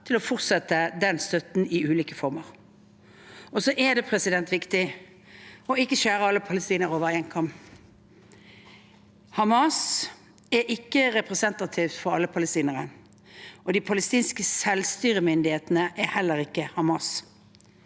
til å fortsette den støtten i ulike former. Så er det viktig å ikke skjære alle palestinere over én kam. Hamas er ikke representativ for alle palestinere, og de palestinske selvstyremyndighetene er heller ikke Hamas.